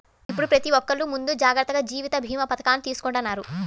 ఇప్పుడు ప్రతి ఒక్కల్లు ముందు జాగర్తగా జీవిత భీమా పథకాలను తీసుకుంటన్నారు